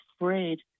afraid